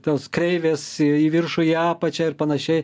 tas kreives į į viršų į apačią ir panašiai